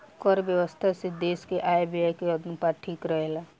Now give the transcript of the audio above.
कर व्यवस्था से देस के आय व्यय के अनुपात ठीक रहेला